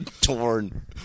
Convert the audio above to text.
Torn